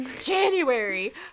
January